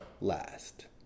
last